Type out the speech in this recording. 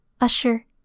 Usher